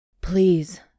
Please